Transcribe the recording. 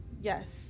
Yes